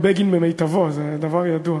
בגין במיטבו, זה דבר ידוע.